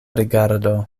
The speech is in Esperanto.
rigardo